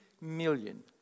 million